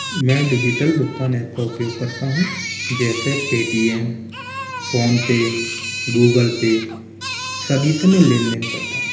मैं डिजिटल भुगतान एप का उपयोग करता हूँ जैसे पेटीएम फ़ोनपे गूगलपे सभी से मैं लेन देन करता हूँ